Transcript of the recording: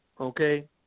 okay